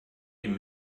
dem